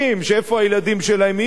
איפה הילדים שלהם יהיו?